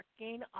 working